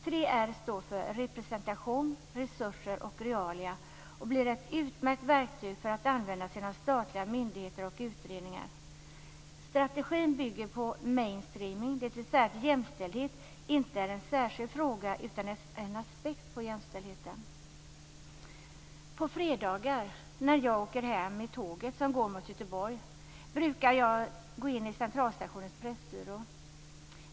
3 R står för representation, resurser och realia. Det blir ett utmärkt verktyg att använda inom statliga myndigheter och utredningar. Strategin bygger på mainstreaming, dvs. att jämställdhet inte är en särskild fråga. Det är en aspekt på jämställdheten. På fredagar när jag åker hem med tåget mot Göteborg brukar jag gå in i Centralstationens pressbyrå.